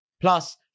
Plus